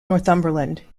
northumberland